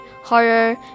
horror